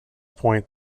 point